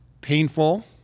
painful